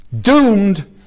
doomed